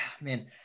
man